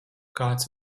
kāds